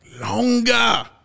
longer